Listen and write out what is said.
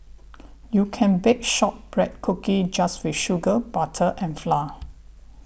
you can bake Shortbread Cookies just with sugar butter and flour